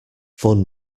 fun